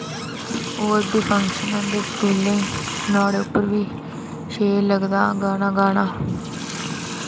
होर बी फंक्शन होंदे स्कूलें ई नुहाड़े उप्पर बी शैल लगदा गाना गाना